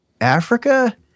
Africa